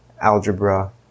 algebra